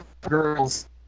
Girls